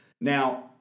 Now